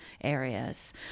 areas